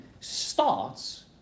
starts